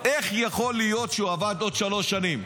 איך יכול להיות שהוא עבד עוד שלוש שנים?